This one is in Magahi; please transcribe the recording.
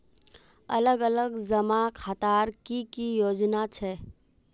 अलग अलग जमा खातार की की योजना छे?